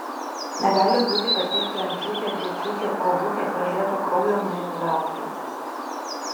negali būti kad tiek tremčių tiek žūčių tiek kovų tiek pralieto kraujo nueitų veltui